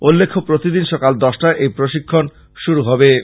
উল্লেখ্য প্রতিদিন সকাল দশটায় এই প্রশিক্ষণ শুরু হবে